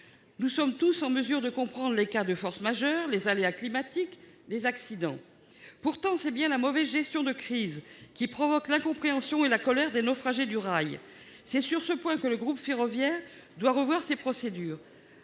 Nous sommes tous en mesure de comprendre les cas de force majeure, les aléas climatiques et les accidents. Pourtant, c'est bien une mauvaise gestion de crise qui provoque l'incompréhension et la colère des « naufragés du rail ». C'est sur ce point que le groupe ferroviaire doit revoir ses procédures.